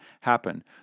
happen